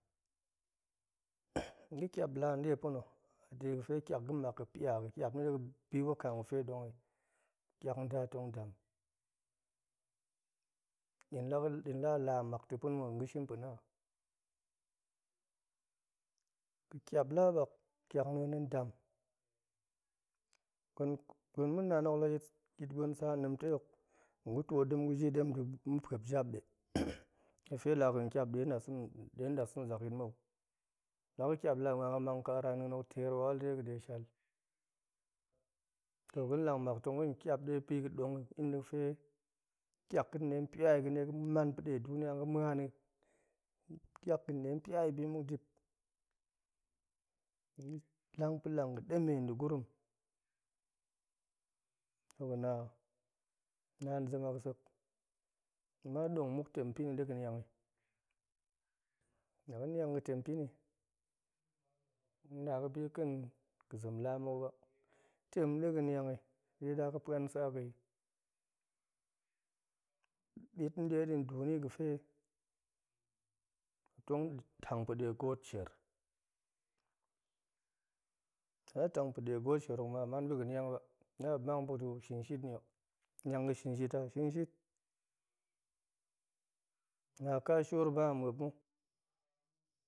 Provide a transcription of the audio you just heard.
ga̱ ƙiap laa nɗe pa̱na̱ nde ga̱pe ƙiak ga̱ nmak ga̱ pia ga̱ ƙiap ni ɗe ga̱ bi wakam ga̱fe ɗong i, ƙiak nda tong dam, ɗin laga̱, ɗin la la mak ta̱ pa̱na̱, nin tong ga̱ shin pa̱na. ga̱ ƙiap la ɓak ƙiak niin en dam, gwen gwen ma̱ nan hok layit, yit gwen saan ɗem tei o, tong gu twoot nen gu ji i nda̱ ma̱ pop jap ɓe nie fe laa ga̱n ƙiap ɗe ɗasa̱na̱ ɗenɗasena̱ zak yit mou, laga̱ ƙiap laa ma̱an ga̱ mang kara niin hok teer wawul de ga̱ de shal, toh ga̱n lang mak tong ga̱n ƙiap ɗe bi ga̱ dong i inda̱ ga̱fe ƙiak ga̱n ɗe pia i ɗe ga̱ man pa̱ ɗe duniya ga̱ ma̱an i ƙiak ga̱ nɗe pia i bimuk dip. tong ga̱ lang pa̱ lang ga̱ ɗemem nda̱ gurum toh ga̱na, naan zem a ga̱sek, ama nong muk, tem pini ɗe ga̱ niang i. laga̱ niang ga̱ tem pini, nna ga̱bi ken ga̱ zem lamuk ba, tem ɗe ga̱ niang i, ɗe ɗa ga̱ pa̱an sa ga̱ i. bit nne ɗi ndoni ga̱fe muop tong da̱ tang pa̱ne goot sher la muop tang pa̱ɗe goot sher hor ma, man ba̱ ga̱ niang, na muop mang buk da̱ shin shit ni o, niang ga̱ shin shit a, shin shit. na ƙashior ba muop mu